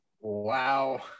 Wow